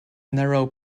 narrow